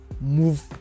move